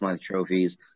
trophies